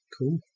Cool